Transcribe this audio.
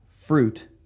fruit